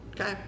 Okay